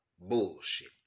bullshit